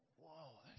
Whoa